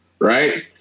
right